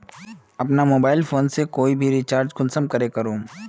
अपना mobile phone से कोई भी रिचार्ज कुंसम करे करूम?